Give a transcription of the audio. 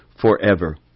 forever